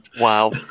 Wow